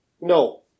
no